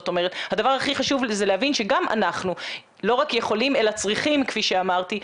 הדבר הכי חשוב זה להבין שאנחנו לא רק יכולים אלא צריכים כפי שאמרתי,